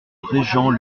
régent